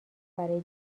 برای